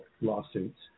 lawsuits